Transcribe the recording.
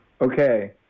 Okay